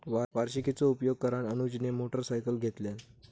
वार्षिकीचो उपयोग करान अनुजने मोटरसायकल घेतल्यान